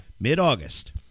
Mid-August